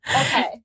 Okay